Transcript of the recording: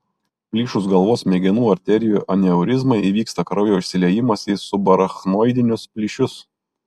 plyšus galvos smegenų arterijų aneurizmai įvyksta kraujo išsiliejimas į subarachnoidinius plyšius